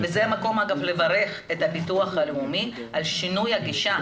וזה המקום לברך את הביטוח הלאומי על שינוי הגישה.